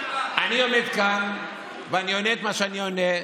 אני עומד כאן ואני עונה את מה שאני עונה.